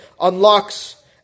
unlocks